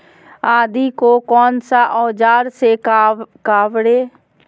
आदि को कौन सा औजार से काबरे?